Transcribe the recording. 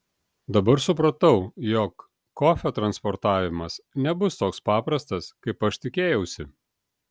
dabar supratau jog kofio transportavimas nebus toks paprastas kaip aš tikėjausi